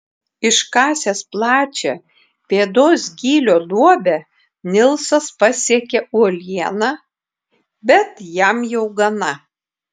iškasęs plačią pėdos gylio duobę nilsas pasiekia uolieną bet jam jau gana